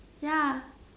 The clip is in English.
ya